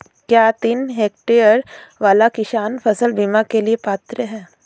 क्या तीन हेक्टेयर वाला किसान फसल बीमा के लिए पात्र हैं?